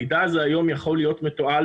המידע הזה היום יכול להיות מתועל,